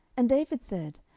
and david said,